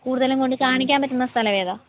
കൂടുതലും കൊണ്ട് കാണിക്കാൻ പറ്റുന്ന സ്ഥലം ഏതാണ്